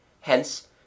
Hence